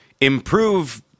improve